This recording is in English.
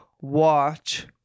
watch